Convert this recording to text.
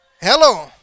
hello